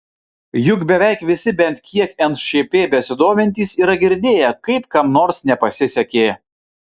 juk beveik visi bent kiek nšp besidomintys yra girdėję kaip kam nors nepasisekė